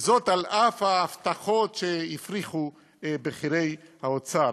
וזאת על אף ההבטחות שהפריחו בכירי האוצר.